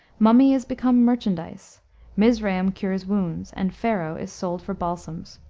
mummy is become merchandise mizraim cures wounds, and pharaoh is sold for balsams.